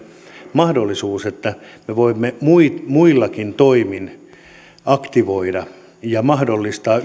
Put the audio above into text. mahdollisuus että me voimme muillakin toimin aktivoida ja mahdollistaa